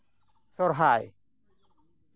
ᱥᱚᱦᱚᱨᱟᱭ